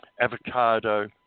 avocado